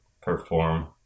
perform